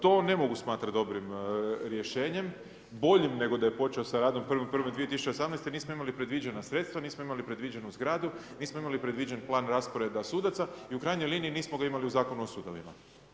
To ne mogu smatrati dobrim rješenjem, bolji nego da je počeo sa radom 1.1.2018., nismo imali predviđena sredstva, nismo imali predviđenu zgradu, nismo imali predviđen plan rasporeda sudaca i u krajnjoj liniji nismo ga imali u Zakonu o sudovima.